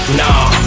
nah